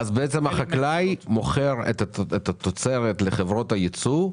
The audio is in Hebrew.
בעצם החקלאי מוכר את התוצרת לחברות הייצוא.